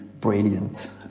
brilliant